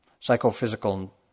psychophysical